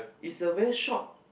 it's a very short